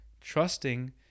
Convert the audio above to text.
Trusting